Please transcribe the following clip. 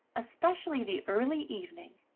especially the early evening,